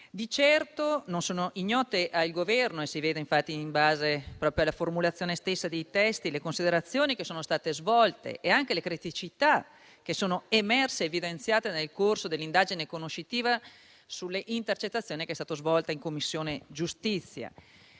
Di certo non sono ignote al Governo, come si vede, infatti, proprio dalla formulazione stessa dei testi, le considerazioni che sono state svolte e anche le criticità che sono emerse, evidenziate nel corso dell'indagine conoscitiva sulle intercettazioni che è stata svolta in Commissione giustizia.